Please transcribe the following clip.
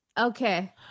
Okay